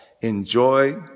enjoy